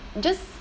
just